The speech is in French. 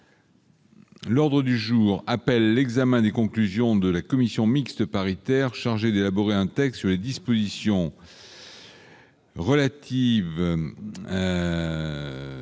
L'ordre du jour appelle l'examen des conclusions de la commission mixte paritaire chargée d'élaborer un texte sur les dispositions restant